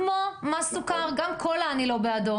כך גם מס סוכר, אני גם לא בעד קולה.